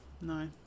No